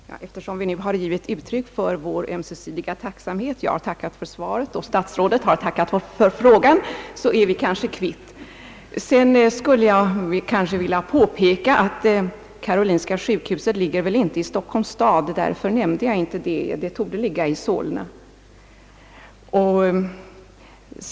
Herr talman! Eftersom vi har givit uttryck för vår ömsesidiga tacksamhet — jag har tackat för svaret och statsrådet har tackat för frågan — är vi kanske kvitt. Jag vill påpeka att karolinska sjukhuset inte ligger i Stockholms stad, och därför nämnde jag inte det. Det torde ligga i Solna.